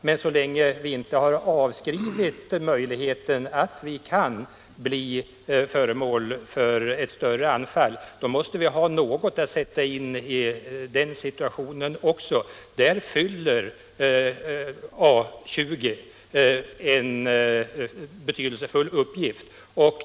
Men så länge vi inte avskrivit möjligheten att vi kan bli föremål för ett större anfall måste vi ha något att sätta in också i den situationen. Där fyller A 20 en betydelsefull uppgift.